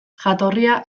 jatorria